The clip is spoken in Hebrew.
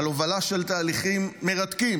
על הובלה של תהליכים מרתקים.